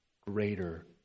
greater